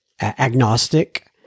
agnostic